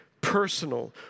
personal